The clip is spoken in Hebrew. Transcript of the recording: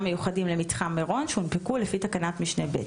מיוחדים למתחם מירון שהונפקו לפי תקנת משנה (ב).